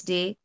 Day